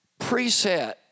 preset